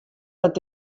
dat